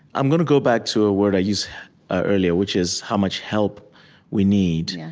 i'm going to go back to a word i used earlier, which is how much help we need. yeah